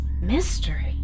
mystery